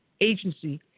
agency